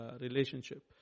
relationship